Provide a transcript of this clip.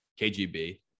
KGB